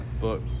book